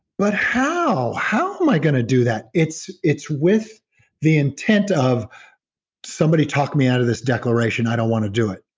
but how? how am i going to do that? it's it's with the intent of somebody talked me out of this declaration i don't want to do it.